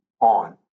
on